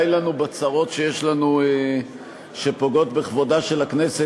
די לנו בצרות שיש לנו שפוגעות בכבודה של הכנסת,